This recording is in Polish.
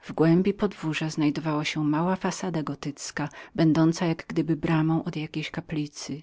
w głębi podwórza stał mały przysionek jak gdyby od jakiejś kaplicy